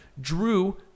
drew